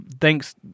thanks